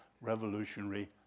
revolutionary